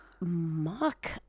mock